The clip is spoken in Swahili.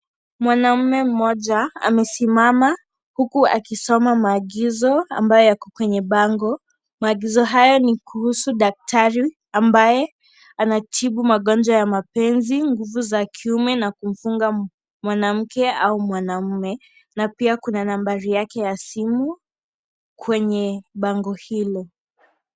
Mwanamme mmoja amesimama huku akisoma maagizo ambayo yakomkwenye bango. Maagizo hayo ni kuhusu daktari ambaye anatibu magonjwa ya mapenzi, nguvu za kiume na kumfunga mwanamke au mwanaume na pia kuna nambari yake ya simu kwenye bango hilo.